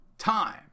time